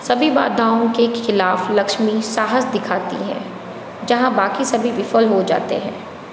सभी बाधाओं के खिलाफ़ लक्ष्मी साहस दिखाती है जहाँ बाकी सभी विफल हो जाते हैं